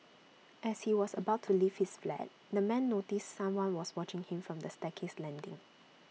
as he was about to leave his flat the man noticed someone was watching him from the staircase landing